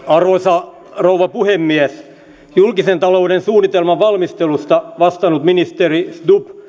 arvoisa rouva puhemies julkisen talouden suunnitelman valmistelusta vastannut ministeri stubb